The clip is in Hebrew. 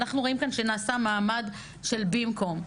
אנחנו רואים כאן שנעשה מעמד של במקום,